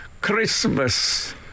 Christmas